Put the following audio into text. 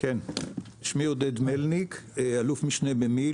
אני אל"מ במילואים,